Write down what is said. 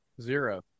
Zero